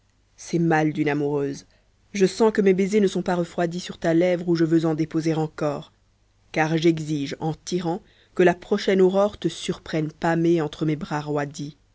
c'est mal d'une amoureuse je sens que mes baisers ne sont pas refroidis sur ta lèvre où je veux en déposer encore car j'exige en tyran que la prochaine aurore te surprenne pâmée entre mes bras